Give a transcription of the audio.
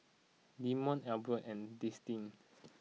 Demond Elby and Destinee